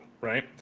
right